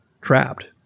trapped